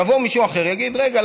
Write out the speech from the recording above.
יבוא מישהו אחר ויגיד: רגע,